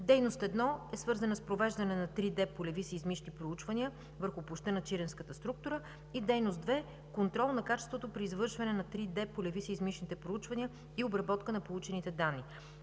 дейност 1 е свързана с провеждане на 3D полеви сеизмични проучвания върху площта на чиренската структура и дейност 2 – контрол на качеството при извършване на 3D полеви сеизмични проучвания и обработка на получените данни.